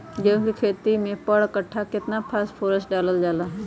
गेंहू के खेती में पर कट्ठा केतना फास्फोरस डाले जाला?